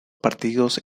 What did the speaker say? partidos